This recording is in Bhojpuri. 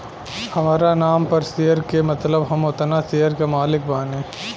हामरा नाम पर शेयर के मतलब हम ओतना शेयर के मालिक बानी